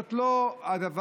זאת לא הדרך,